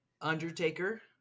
Undertaker